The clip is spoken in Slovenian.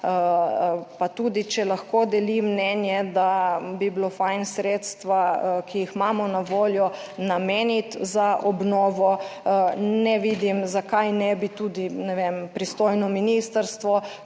Pa tudi, če lahko delim mnenje, da bi bilo fajn sredstva, ki jih imamo na voljo nameniti za obnovo. Ne vidim zakaj ne bi tudi, ne vem, pristojno ministrstvo